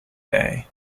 bay